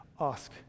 ask